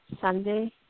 Sunday